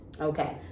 Okay